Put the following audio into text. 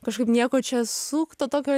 kažkaip nieko čia sukto tokio